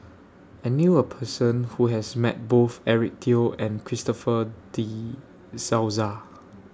I knew A Person Who has Met Both Eric Teo and Christopher De Souza